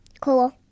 Cool